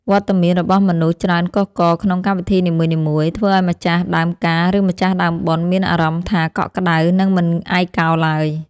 វត្តមានរបស់មនុស្សច្រើនកុះករក្នុងកម្មវិធីនីមួយៗ ធ្វើឱ្យម្ចាស់ដើមការឬម្ចាស់ដើមបុណ្យមានអារម្មណ៍ថាកក់ក្តៅ និងមិនឯកោឡើយ។